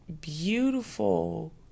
beautiful